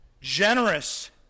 generous